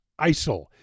ISIL